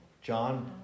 John